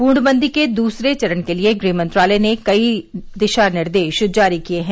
पूर्णबंदी के दूसरे चरण के लिए गृह मंत्रालय ने कई दिशा निर्देश जारी किए हैं